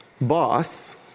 boss